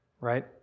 right